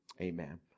Amen